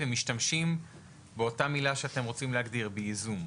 ומשתמשים באותה המילה שאתם רוצים להגדיר; ייזום.